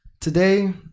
today